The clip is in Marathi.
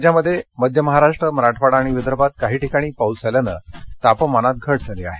राज्यात मध्य महाराष्ट्र मराठवाडा विदर्भात काही ठिकाणी पाऊस झाल्यानं तापमानात घट झाली आहे